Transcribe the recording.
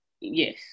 Yes